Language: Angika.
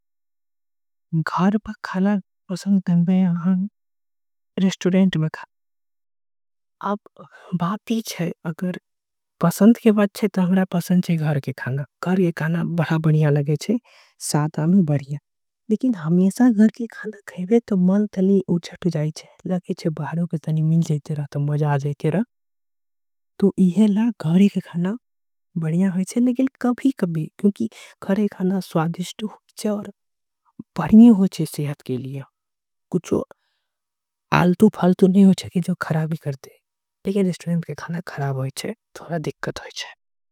बात ई छे की अगर पसंद के बात नछे त। हमरा के पसंद हे घर के खाना घर के खाना। बड़ा बढ़िया लगे छे साथ ही स्वाद में बढ़िया। बाहर के खाना मिल जाई ते रा त मजा आ जाई। ते घर के खाना अच्छा होई ते लेकिन कभी। कभी रेस्टोरेंट के खाना अच्छा होई छे।